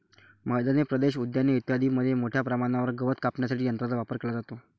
मैदानी प्रदेश, उद्याने इत्यादींमध्ये मोठ्या प्रमाणावर गवत कापण्यासाठी यंत्रांचा वापर केला जातो